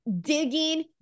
digging